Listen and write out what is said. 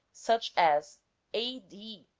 such as a. d.